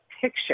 picture